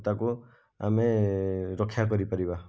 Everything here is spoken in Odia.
ତାକୁ ଆମେ ରକ୍ଷା କରି ପାରିବା